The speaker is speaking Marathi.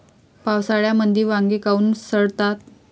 पावसाळ्यामंदी वांगे काऊन सडतात?